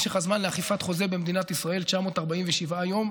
משך הזמן לאכיפת חוזה במדינת ישראל הוא 947 יום,